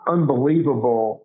Unbelievable